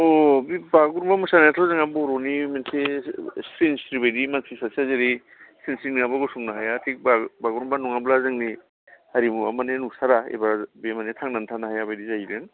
अह बे बागुरुम्बा मोसानायथ' जोंहा बर'नि मोनसे सिनस्रि बायदि मानसि सासेया जेरै सिनस्रि नङाबा गसंनो हाया थिग बागुरुम्बा नङाबा जोंनि हारिमुवा माने नुसारा एबा बे माने थांनानै थानो हाया बायदि जाहैदों